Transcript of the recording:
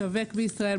משווק בישראל,